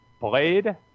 Blade